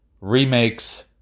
remakes